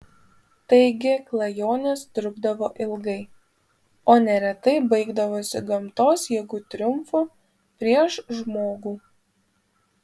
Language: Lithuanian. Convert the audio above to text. taigi klajonės trukdavo ilgai o neretai baigdavosi gamtos jėgų triumfu prieš žmogų